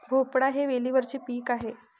भोपळा हे वेलीवरचे पीक आहे